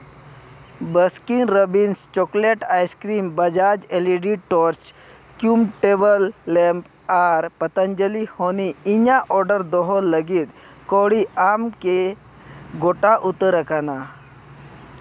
Baskin Robbins chocolate ice cream Bajaj LED torch ᱠᱤᱣᱩᱢ table lamp ᱟᱨ ᱯᱚᱛᱚᱧᱡᱚᱞᱤ ᱦᱟᱹᱱᱤ ᱤᱧᱟᱹᱜ ᱚᱰᱟᱨ ᱫᱚᱦᱚ ᱞᱟᱹᱜᱤᱫ ᱠᱟᱹᱣᱰᱤ ᱟᱢ ᱠᱤ ᱜᱚᱴᱟ ᱩᱛᱟᱹᱨ ᱟᱠᱟᱱᱟ